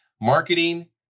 marketing